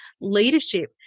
leadership